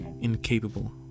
incapable